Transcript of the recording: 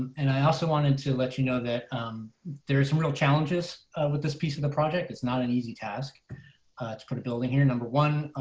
and i also wanted to let you know that there's real challenges with this piece of the project. it's not an easy task to put a building here. number one,